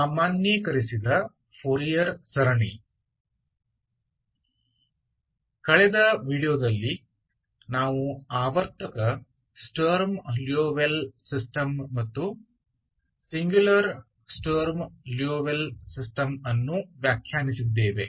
सामान्यीकृत Fourier series हमने पिछले वीडियो में पीरियोडिक स्टर्म लिउविल सिस्टम और सिंगुलर स्टर्म लिउविल सिस्टम की परिभाषित किया है